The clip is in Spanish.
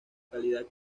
calidad